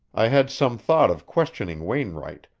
i had some thought of questioning wainwright,